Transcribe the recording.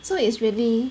so it's really